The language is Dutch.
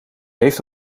heeft